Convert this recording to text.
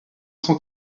cent